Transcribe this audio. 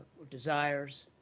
or desires,